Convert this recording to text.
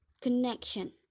Connection